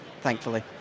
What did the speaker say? thankfully